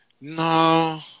no